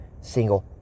single